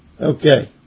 Okay